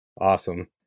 awesome